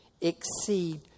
exceed